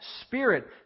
spirit